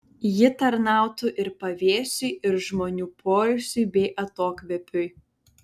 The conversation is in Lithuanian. ji tarnautų ir pavėsiui ir žmonių poilsiui bei atokvėpiui